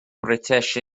britisch